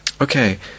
Okay